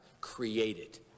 created